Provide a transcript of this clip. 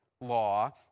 law